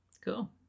cool